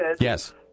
Yes